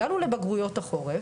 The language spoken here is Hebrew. הגענו לבגרויות החורף,